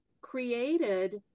created